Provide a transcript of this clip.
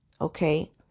Okay